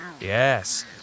Yes